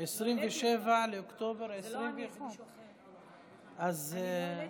ההצעה נומקה ב-27 באוקטובר 2120. אז כמו שאמרתי,